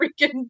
freaking